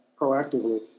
proactively